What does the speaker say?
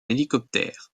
hélicoptère